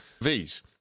Vs